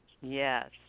Yes